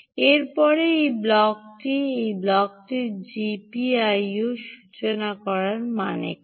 এর পরে এই ব্লকটি এই ব্লকটি জিপিআইও সূচনা এর মানে কী